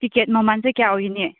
ticket ꯃꯃꯜꯁꯦ ꯀꯌꯥ ꯑꯣꯏꯒꯅꯤ